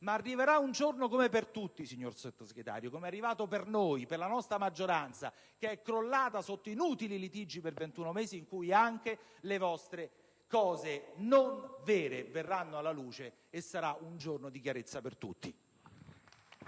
Ma arriverà un giorno, come per tutti, signor Sottosegretario, com'è arrivato per noi e per la nostra maggioranza, che è crollata sotto inutili litigi andati avanti per 21 mesi, in cui anche le vostre mancate verità verranno alla luce e sarà un giorno di chiarezza per tutti.